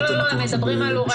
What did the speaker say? לא לזוגות לצעירים ולא לבעלי